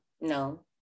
no